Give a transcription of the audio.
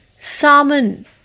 Salmon